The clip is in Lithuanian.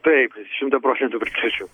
taip šimtą procentų pritarčiau